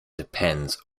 depends